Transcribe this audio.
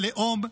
הלאום,